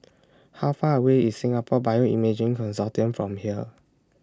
How Far away IS Singapore Bioimaging Consortium from here